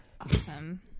Awesome